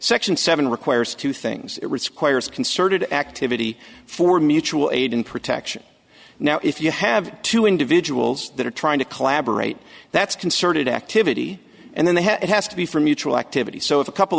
section seven requires two things at risk wires concerted activity for mutual aid and protection now if you have two individuals that are trying to collaborate that's concerted activity and then they have it has to be for mutual activity so if a couple